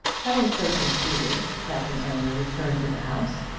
having so concluded, captain aylmer returned to the house,